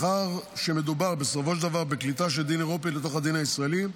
מאחר שמדובר בסופו של דבר בקליטה של דין אירופי לתוך הדין הישראלי,